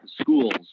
schools